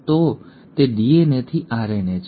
તો તે DNA થી RNA છે